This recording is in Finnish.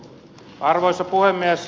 arvoisa puhemies